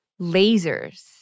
Lasers